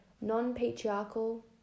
non-patriarchal